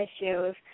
issues